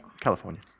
California